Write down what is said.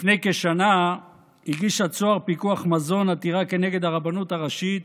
לפני כשנה הגישה "צהר פיקוח מזון" עתירה כנגד הרבנות הראשית